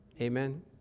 Amen